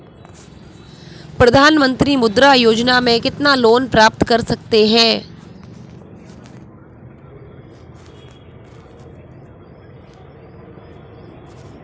प्रधानमंत्री मुद्रा योजना में कितना लोंन प्राप्त कर सकते हैं?